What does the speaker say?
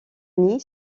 nid